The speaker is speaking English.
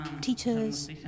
teachers